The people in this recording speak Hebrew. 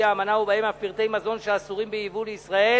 האמנה ובהם אף פרטי מזון שאסורים בייבוא לישראל